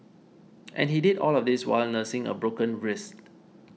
and he did all of this while nursing a broken wrist